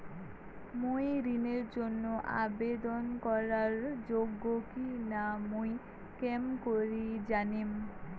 মুই ঋণের জন্য আবেদন করার যোগ্য কিনা তা মুই কেঙকরি জানিম?